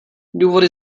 důvody